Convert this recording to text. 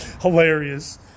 Hilarious